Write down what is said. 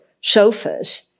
sofas